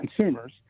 consumers